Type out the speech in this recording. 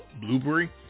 Blueberry